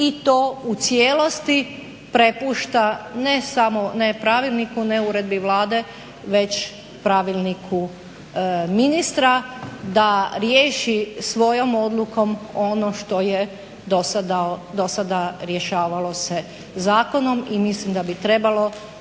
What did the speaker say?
i to u cijelosti prepušta ne samo, ne pravilniku, ne uredbi Vlade već pravilniku ministra da riješi svojom odlukom ono što je do sada rješavalo se zakonom. I mislim da bi trebalo